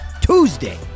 Tuesday